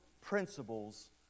principles